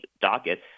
docket